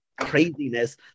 Craziness